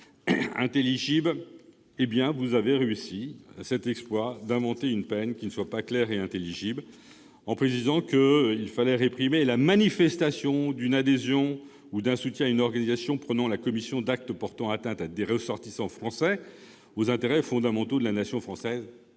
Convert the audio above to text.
légalité. Vous avez en effet réussi cet exploit d'inventer une peine qui ne soit ni claire ni intelligible, en précisant qu'il fallait réprimer une manifestation d'adhésion ou de soutien à une organisation prônant la commission d'actes portant atteinte à des ressortissants français ou aux intérêts fondamentaux de la nation française.